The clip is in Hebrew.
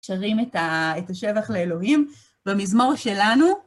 שרים את השבח לאלוהים במזמור שלנו.